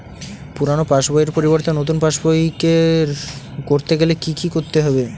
পুরানো পাশবইয়ের পরিবর্তে নতুন পাশবই ক রতে গেলে কি কি করতে হবে?